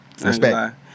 Respect